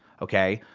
okay?